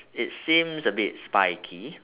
it seems a bit spiky